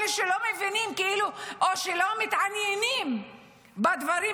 אלה שלא מבינים או שלא מתעניינים בדברים,